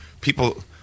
people